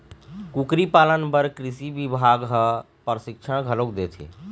कुकरी पालन बर कृषि बिभाग ह परसिक्छन घलोक देथे